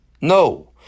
No